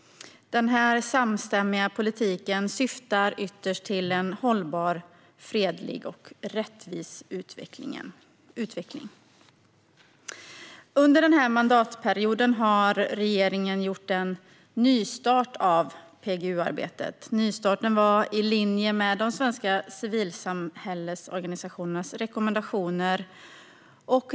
Den här samstämmiga politiken syftar ytterst till en hållbar, fredlig och rättvis utveckling. Under den här mandatperioden har regeringen gjort en nystart av PGUarbetet. Nystarten skedde i linje med de svenska civilsamhällesorganisationernas rekommendationer.